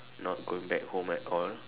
not going back home at all